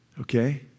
Okay